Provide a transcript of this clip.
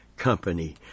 company